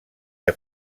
que